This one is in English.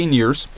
years